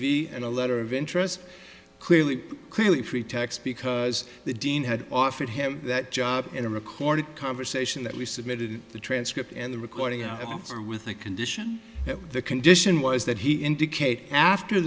v and a letter of interest clearly clearly a pretext because the dean had offered him that job in a recorded conversation that we submitted the transcript and the recording out of there with a condition that the condition was that he indicated after